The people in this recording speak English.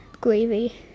gravy